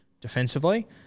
defensively